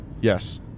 Yes